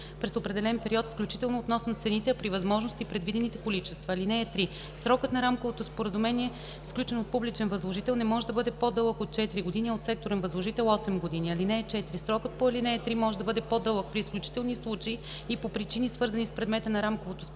през определен период, включително относно цените, а при възможност и предвидените количества. (3) Срокът на рамковото споразумение, сключено от публичен възложител, не може да бъде по-дълъг от 4 години, а от секторен възложител – 8 години. (4)Срокът по ал.3 мже да бъде по-дълъгпри изключителни случаи и по причини, свързани с предмета на рамковото споразумение.